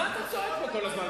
מה אתה צועק פה כל הזמן?